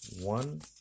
one